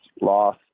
loss